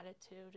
attitude